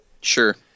Sure